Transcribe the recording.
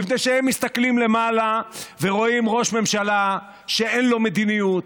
מפני שהם מסתכלים למעלה ורואים ראש ממשלה שאין לו מדיניות,